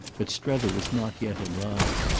but strether was not yet in line.